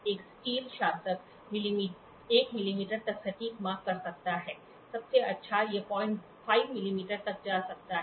एक स्टील शासक 1 मिलीमीटर तक सटीक माप कर सकता है सबसे अच्छा यह 05 मिलीमीटर तक जा सकता है